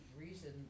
reason